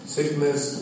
Sickness